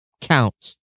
counts